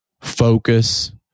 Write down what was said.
focus